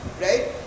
right